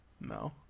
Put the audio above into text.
No